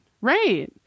right